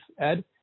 Ed